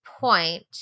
point